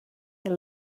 they